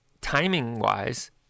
timing-wise